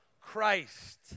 Christ